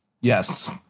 Yes